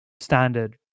standard